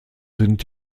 sind